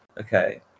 Okay